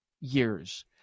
years